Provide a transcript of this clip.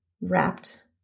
wrapped